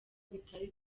bitari